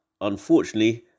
unfortunately